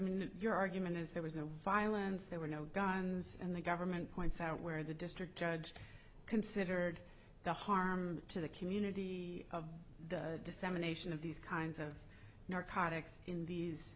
your argument is there was no violence there were no guns and the government points out where the district judge considered the harm to the community of the dissemination of these kinds of narcotics in these